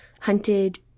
hunted